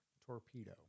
torpedo